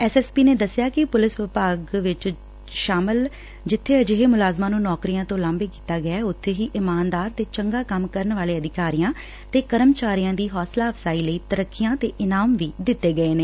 SSP ਨੇ ਦੱਸਿਆ ਕਿ ਪੁਲਿਸ ਵਿਭਾਗ ਵਿਚ ਸ਼ਾਮਲ ਜਿਬੇ ਅਜਿਹੇ ਮੁਲਾਜ਼ਮਾਂ ਨੂੰ ਨੌਕਰੀਆਂ ਤੋ ਲਾਂਭੇ ਕੀਤਾ ਗਿਐ ਉਬੇ ਹੀ ਇਮਾਨਦਾਰ ਤੇ ਚੰਗਾ ਕੰਮ ਕਰਨ ਵਾਲੇ ਅਧਿਕਾਰੀਆਂ ਤੇ ਕਰਮਚਾਰੀਆਂ ਦੀ ਹੌਸਲਾ ਅਫਜਾਈ ਲਈ ਤਰੱਕੀਆਂ ਤੇ ਇਨਾਮ ਵੀ ਦਿੱਤੇ ਗਏ ਨੇ